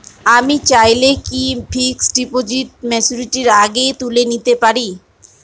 আমি চাইলে কি ফিক্সড ডিপোজিট ম্যাচুরিটির আগেই তুলে নিতে পারি?